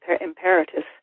imperatives